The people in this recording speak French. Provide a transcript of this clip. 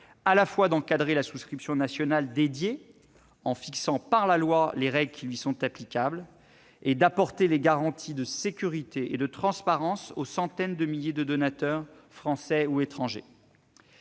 à la fois, d'encadrer la souscription nationale dédiée, en fixant, par la loi, les règles qui lui sont applicables, et d'apporter des garanties de sécurité et de transparence aux centaines de milliers de donateurs français ou étrangers.